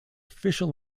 official